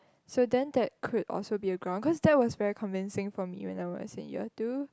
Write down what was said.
so then that could also be a ground cause that was very convincing for me when I was in year two